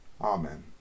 Amen